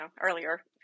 earlier